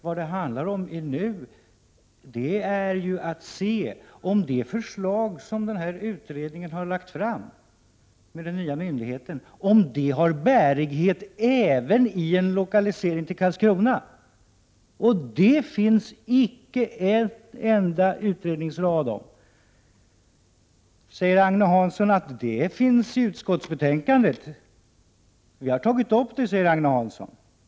Vad det handlar om nu är ju att se om det förslag som denna utredning har lagt fram om den nya myndigheten har bärighet även vid en lokalisering till Karlskrona, och det finns det icke en enda utredningsrad om. Då säger Agne Hansson att detta finns i utskottsbetänkandet. Vi har tagit upp det, säger han.